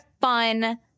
fun